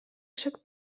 chaque